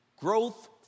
growth